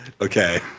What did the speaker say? Okay